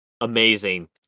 amazing